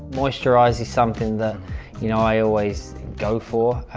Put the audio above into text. moisturise is something that you know i always go for